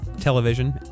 television